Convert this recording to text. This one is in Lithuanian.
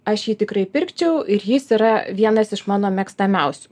aš jį tikrai pirkčiau ir jis yra vienas iš mano mėgstamiausių